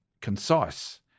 concise